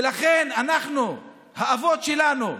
ולכן, אנחנו, האבות שלנו,